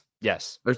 Yes